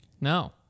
No